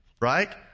Right